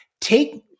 take